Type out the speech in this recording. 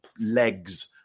legs